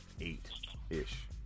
eight-ish